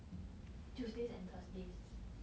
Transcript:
tuesdays and thursdays